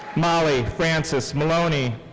molly frances maloney.